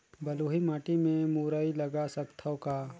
बलुही माटी मे मुरई लगा सकथव का?